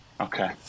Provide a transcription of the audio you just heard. Okay